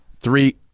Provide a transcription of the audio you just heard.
three